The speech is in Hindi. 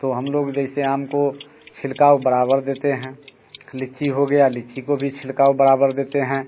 तो हम लोग जैसे आम को छिड़काव बराबर देते हैं लिच्ची हो गया लिच्ची को भी छिड़काव बराबर देते हैं